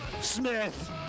Smith